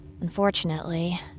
Unfortunately